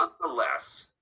Nonetheless